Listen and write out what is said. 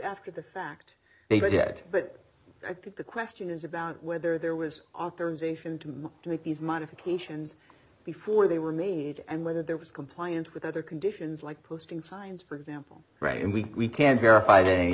after the fact they did but i think the question is about whether there was authorization to make these modifications before they were made and whether there was compliance with other conditions like posting signs for example and we can verify